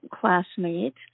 classmate